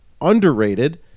underrated